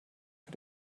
für